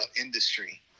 industry